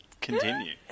continue